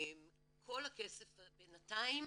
בינתיים